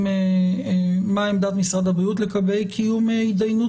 מה עמדת משרד הבריאות לגבי קיום התדיינות